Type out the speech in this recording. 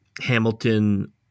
Hamilton